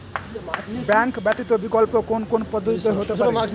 Bank ব্যতীত বিকল্প কোন কোন পদ্ধতিতে হতে পারে?